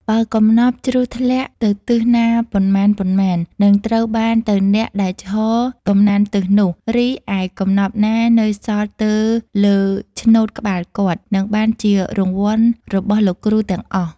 បើកំណប់ជ្រុះធ្លាក់ទៅទិសណាប៉ុន្មានៗ នឹងត្រូវបានទៅអ្នកដែលឈរកំណាន់ទិសនោះ រីឯកំណប់ណានៅសល់ទើរលើឆ្នូតក្បាលគាត់ នឹងបានជារង្វាន់របស់លោកគ្រូទាំងអស់។